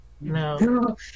No